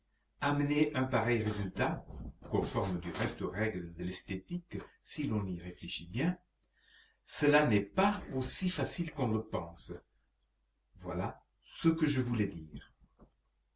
amener un pareil résultat conforme du reste aux règles de l'esthétique si l'on y réfléchit bien cela n'est pas aussi facile qu'on le pense voilà ce que je voulais dire